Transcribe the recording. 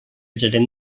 gerent